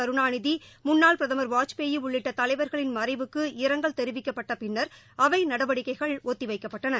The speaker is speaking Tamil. க ருணாநிதி பிரதமாப் வாஜ்பாய் உள்ளிட்ட தலைவாம்களின் மறைவபகம் கு இரங்கல் தொடிவிக்கப்பட்டா பின்னாட்டா அவை நடவடிக்கைகள் ஒத்திவைக்கப்பட்டன